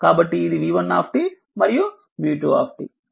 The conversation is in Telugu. కాబట్టి ఇది v1 మరియు v2